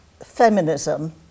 feminism